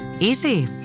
Easy